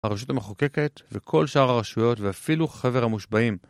הרשות המחוקקת וכל שאר הרשויות ואפילו חבר המושבעים